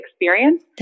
experience